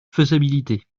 faisabilité